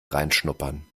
reinschnuppern